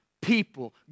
people